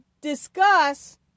discuss